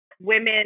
women